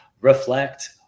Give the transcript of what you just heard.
reflect